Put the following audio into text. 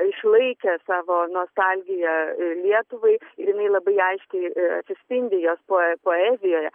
išlaikė savo nostalgiją lietuvai jinai labai aiškiai atsispindi jos poezijoje